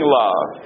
love